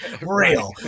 real